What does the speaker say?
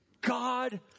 God